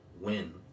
win